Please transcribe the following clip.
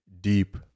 deep